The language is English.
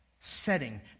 setting